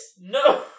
no